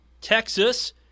Texas